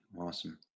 Awesome